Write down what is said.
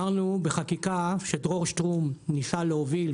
בחקיקה שדרור שטרום ניסה להוביל,